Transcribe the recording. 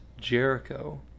Jericho